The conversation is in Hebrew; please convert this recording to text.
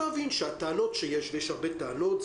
הטענות שיש, ויש הרבה טענות,